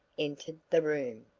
entered the room.